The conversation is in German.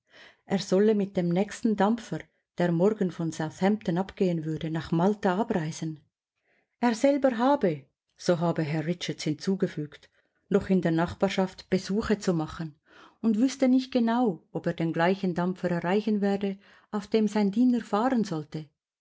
er solle mit dem nächsten dampfer der morgen von southampton abgehen würde nach malta abreisen er selber habe so habe herr richards hinzugefügt noch in der nachbarschaft besuche zu machen und wüßte nicht genau ob er den gleichen dampfer erreichen werde auf dem sein diener fahren sollte